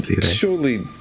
surely